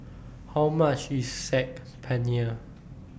How much IS Saag Paneer